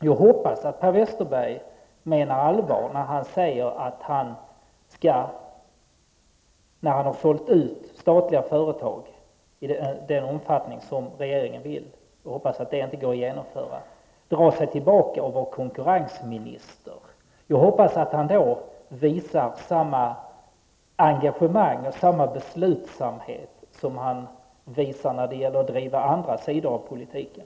Jag hoppas att Per Westerberg menar allvar när han säger att han -- när han har sålt ut statliga företag i den omfattning regeringen vill, vilket jag hoppas inte går att genomföra -- när han drar sig tillbaka och blir konkurrensminister skall visa samma engagemang och samma beslutsamhet som han visar när det gäller att driva andra sidor av politiken.